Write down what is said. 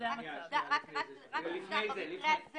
במקרה הזה